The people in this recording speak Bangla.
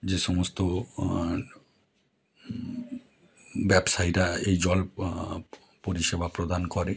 যে সমস্ত ব্যবসায়ীরা এই জল পরিষেবা প্রদান করে